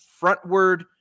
frontward